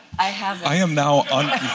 i haven't. i am now